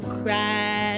cry